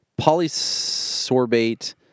polysorbate